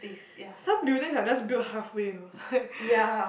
some buildings are just built halfway you know like